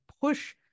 push